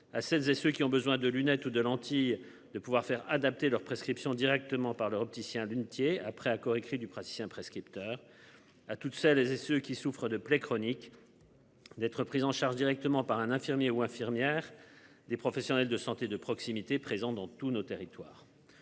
à celles et ceux qui ont besoin de lunettes ou de lentilles de pouvoir faire adapter leurs prescriptions directement par l'opticien lunetier après accord écrit du praticien prescripteurs. À toutes celles et ceux qui souffrent de plaies chroniques. D'être pris en charge directement par un infirmier ou infirmière. Des professionnels de santé de proximité présent dans tous nos territoires.